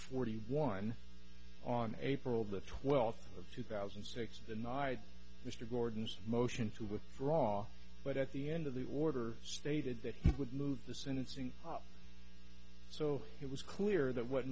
forty one on april the twelfth of two thousand and six denied mr gordon's motion to withdraw but at the end of the order stated that he would move the sentencing up so it was clear that